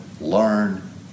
learn